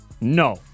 no